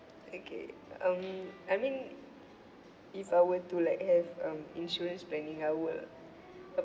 okay um I mean if I were to like have um insurance planning I will